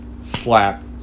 slap